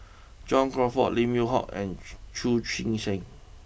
John Crawfurd Lim Yew Hock and Chu Chee Seng